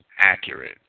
accurate